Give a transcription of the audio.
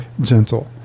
gentle